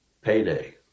payday